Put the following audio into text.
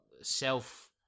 self